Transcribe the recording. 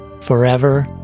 forever